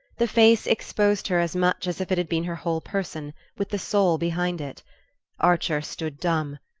the face exposed her as much as if it had been her whole person, with the soul behind it archer stood dumb,